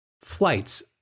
Flights